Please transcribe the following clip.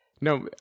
no